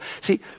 See